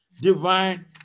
divine